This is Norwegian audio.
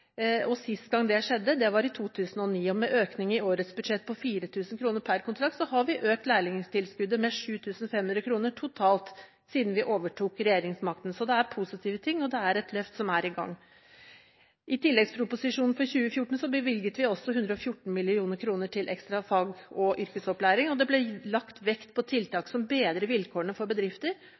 Sist gang det skjedde, var i 2009, og med økning i årets budsjett på 4 000 kr per kontrakt har vi økt lærlingtilskuddet med totalt 7 500 kr siden vi overtok regjeringsmakten. Så det er positive ting, og det er et løft som er i gang. I tilleggsproposisjonen for 2014 bevilget vi også 114 mill. kr til ekstra fag- og yrkesopplæring, og det ble lagt vekt på tiltak som bedrer vilkårene for bedrifter